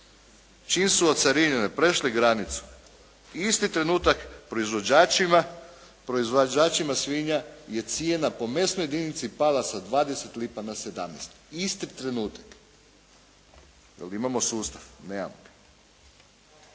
čim su ocarinjene prešle granicu, isti trenutak proizvođačima svinja je cijena po mesnoj jedinici pala sa 20 lipa na 17, isto trenutak. Jer imamo sustav? Nemamo.